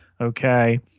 okay